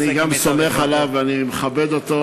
אני גם סומך עליו ואני מכבד אותו.